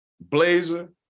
blazer